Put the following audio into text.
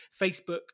facebook